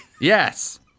Yes